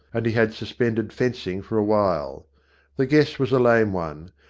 and he had suspended fencing for a while the guess was a lame one,